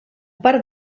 part